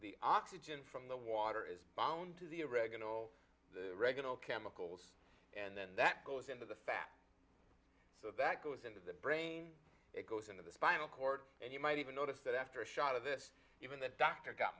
the oxygen from the water is found to the oregano regel chemicals and then that goes into the fat so that goes into the brain it goes into the spinal cord and you might even notice that after a shot of this even the doctor got